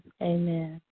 amen